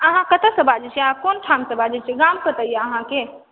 अहाँ कतय सॅं बाजै छियै अहाँ कोन ठाम सॅं बाजै छियै गाम कतय यऽ अहाँ के